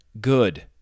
good